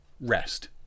rest